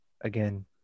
again